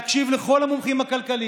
להקשיב לכל המומחים הכלכליים,